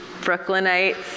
Brooklynites